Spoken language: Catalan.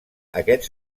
aquests